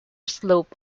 slope